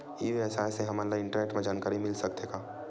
ई व्यवसाय से हमन ला इंटरनेट मा जानकारी मिल सकथे का?